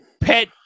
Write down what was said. Pet